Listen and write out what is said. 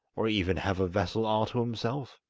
or even have a vessel all to himself.